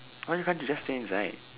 why can't you just stay inside